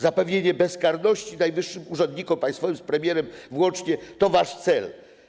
Zapewnienie bezkarności najwyższym urzędnikom państwowym, z premierem włącznie, to wasz cel.